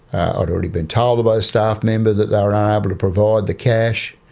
i'd already been told by a staff member that they were unable to provide the cash.